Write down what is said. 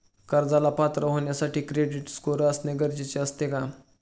कर्जाला पात्र होण्यासाठी क्रेडिट स्कोअर असणे गरजेचे असते का?